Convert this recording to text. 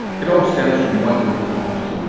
it all stems from one root cause.